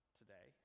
today